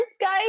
guys